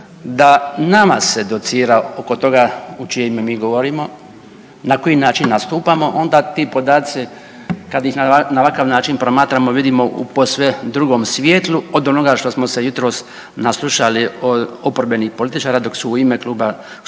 da nama se docira oko toga u čije ime mi govorimo, na koji način nastupamo onda ti podaci kada ih na ovakav način promatramo vidimo u posve drugom svjetlu od onoga što smo se jutros naslušali od oporbenih političara dok su u ime kluba